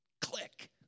click